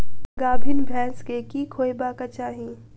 गाभीन भैंस केँ की खुएबाक चाहि?